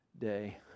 day